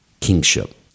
kingship